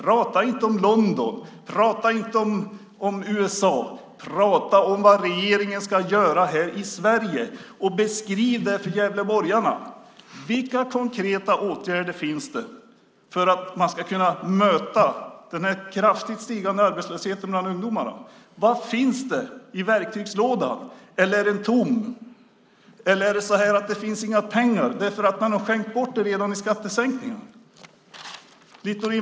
Tala inte om London, tala inte om USA! Tala om vad regeringen ska göra här i Sverige och beskriv det för gävleborgarna! Vilka konkreta åtgärder finns för att möta den kraftigt stigande arbetslösheten bland ungdomarna? Vad finns i verktygslådan? Är den tom? Finns det inga pengar för att man har skänkt bort dem i skattesänkningen?